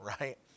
right